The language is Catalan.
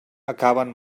acaben